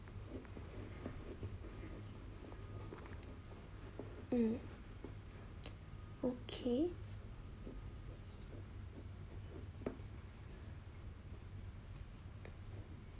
mm okay